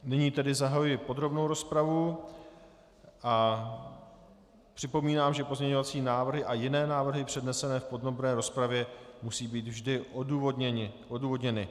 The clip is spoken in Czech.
Nyní tedy zahajuji podrobnou rozpravu a připomínám, že pozměňovací návrhy a jiné návrhy přednesené v podrobné rozpravě musí být vždy odůvodněny.